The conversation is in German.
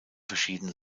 verschieden